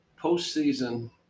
postseason